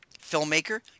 filmmaker